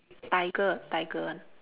tiger tiger one